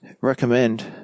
recommend